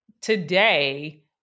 today